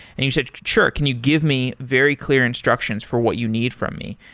and you said, sure. can you give me very clear instructions for what you need from me?